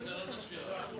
צריך לשמור עלינו,